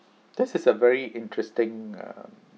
this is a very interesting uh